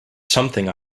something